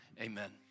Amen